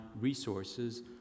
resources